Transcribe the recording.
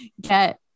get